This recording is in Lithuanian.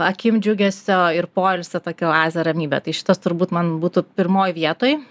akim džiugesio ir poilsio tokią oazę ramybę tai šitas turbūt man būtų pirmoje vietoj